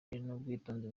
n’ubwitonzi